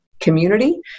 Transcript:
community